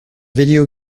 video